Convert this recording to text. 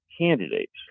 candidates